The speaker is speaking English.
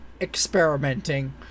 experimenting